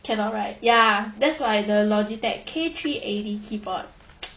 cannot right ya that's why the logitech K three eighty keyboard